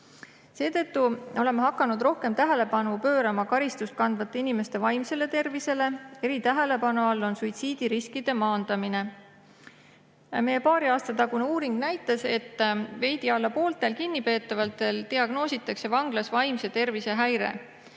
Seetõttu oleme hakanud rohkem tähelepanu pöörama karistust kandvate inimeste vaimsele tervisele. Eritähelepanu all on suitsiidiriski maandamine. Meie paari aasta tagune uuring näitas, et veidi alla pooltel kinnipeetavatel diagnoositakse vanglas vaimse tervise häire.